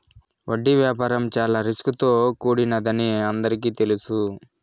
వడ్డీ వ్యాపారం చాలా రిస్క్ తో కూడినదని అందరికీ తెలుసు